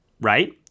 right